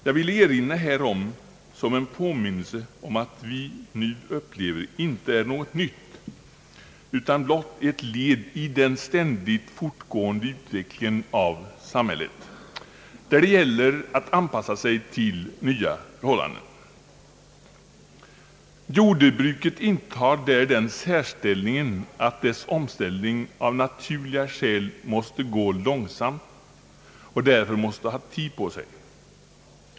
Jag vill erinra om detta som en påminnelse om att det vi nu upplever inte är något nytt utan blott ett led i den ständigt fortgående utvecklingen av samhället, där det gäller att anpassa sig till nya förhållanden. Jordbruket intar den särställningen att dess omställning av naturliga skäl måste gå långsamt och därför måste ha tid på sig.